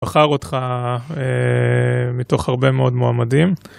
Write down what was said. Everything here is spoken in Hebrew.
בחר אותך, אה... מתוך הרבה מאוד מועמדים.